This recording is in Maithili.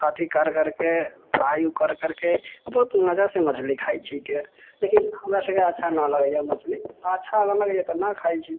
अथी कर करके फ़्राई कर करके बहुत मजासँ मछली खाय छीकै लेकिन हमरसभके अच्छा नहि लगय हइ मछली अच्छा नहि लगय हइ तऽ नहि खाइ छी